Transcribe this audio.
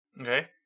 Okay